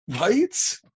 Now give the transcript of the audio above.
right